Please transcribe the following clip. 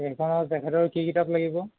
তেখেতৰ কি কিতাপ লাগিব